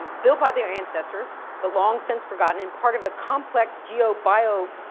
built by their ancestors, but long since forgotten and part of a complex geo, bio,